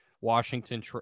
Washington